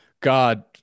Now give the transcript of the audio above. God